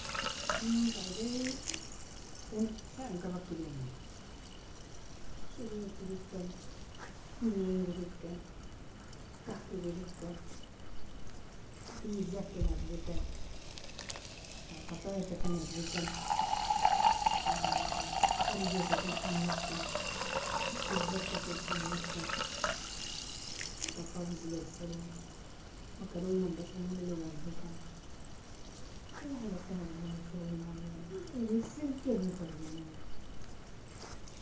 Fornen faidiee, ken shainkaba deinami shrake edekan, minin edekan, kahk edekan bitza ken adlikan, fatierka ken adlikan, arjeka ken hamerkan, debata ken hamerkan, batais bilforon, makrona bashamililog adlikan, ayhaja ken adlinami foronnani ay erin firgeka ken karjenami.